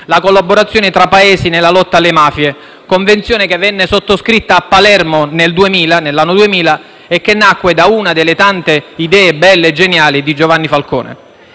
la collaborazione tra Paesi nella lotta alle mafie, Convenzione che venne sottoscritta a Palermo nel 2000 e che nacque da una delle tante idee belle e geniali di Giovanni Falcone.